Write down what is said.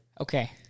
Okay